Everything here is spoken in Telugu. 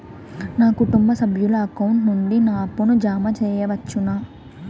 నా కుటుంబ సభ్యుల అకౌంట్ నుండి నా అప్పును జామ సెయవచ్చునా?